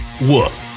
woof